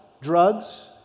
drugs